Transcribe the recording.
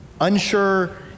unsure